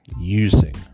using